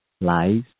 lies